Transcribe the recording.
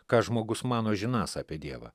ką žmogus mano žinąs apie dievą